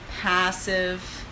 passive